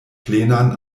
plenan